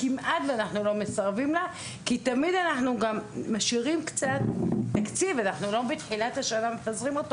אנחנו תמיד משאירים קצת תקציב בצד ולא מפזרים אותו בתחילת השנה,